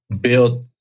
built